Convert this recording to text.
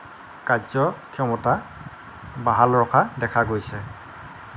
কাৰ্য্য ক্ষমতা বাহাল ৰখা দেখা গৈছে